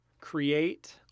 create